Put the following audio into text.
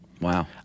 Wow